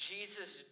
Jesus